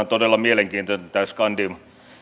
todella mielenkiintoinen tämä skandium